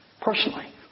personally